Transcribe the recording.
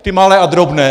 Ty malé a drobné.